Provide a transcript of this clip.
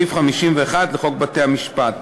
סעיף 51 לחוק בתי-המשפט,